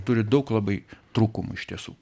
turi daug labai trūkumų iš tiesų